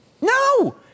No